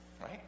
right